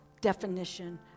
definition